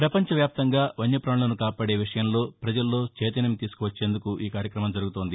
ప్రపంచవ్యాప్తంగా వన్యపాణులను కాపాడే విషయంలో ప్రజల్లో చైతన్యం తీసుకు వచ్చేందుకు ఈ కార్యక్రమం జరుగుతోంది